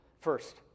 First